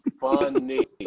Funny